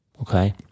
okay